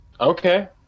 Okay